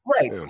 Right